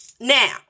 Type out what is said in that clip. Now